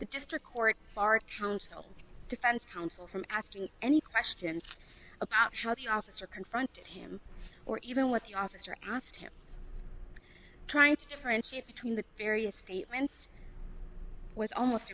the district court our counsel defense counsel from asking any questions about how the officer confronted him or even what the officer asked him trying to differentiate between the various statements was almost